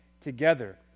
together